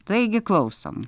taigi klausom